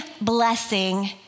blessing